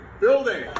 building